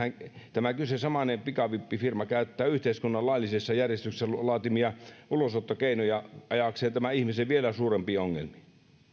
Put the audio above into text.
tämä samainen pikavippifirma käyttää yhteiskunnan laillisessa järjestyksessä laatimia ulosottokeinoja ajaakseen tämän ihmisen vielä suurempiin ongelmiin